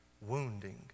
wounding